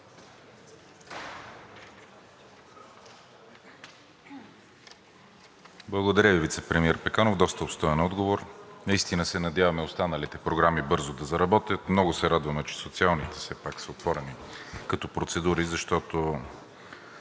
Благодаря Ви, вицепремиер Пеканов, доста обстойно отговорихте. Наистина се надяваме останалите програми бързо да заработят. Много се радваме, че социалните все пак са отворени като процедури, защото